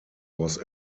was